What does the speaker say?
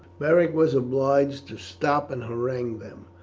beric was obliged to stop and harangue them,